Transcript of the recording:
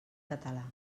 català